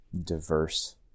diverse